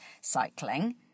cycling